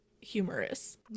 humorous